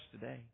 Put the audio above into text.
today